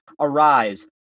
Arise